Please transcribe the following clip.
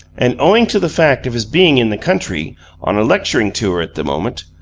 and, owing to the fact of his being in the country on a lecturing tour at the moment,